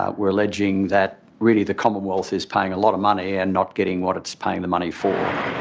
ah we're alleging that really the commonwealth is paying a lot of money and not getting what it's paying the money for.